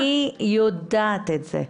אני יודעת את זה.